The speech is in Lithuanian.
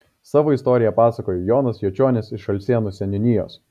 savo istoriją papasakojo jonas jočionis iš alšėnų seniūnijos